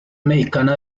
mexicana